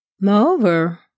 Moreover